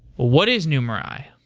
what is numerai?